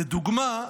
לדוגמה,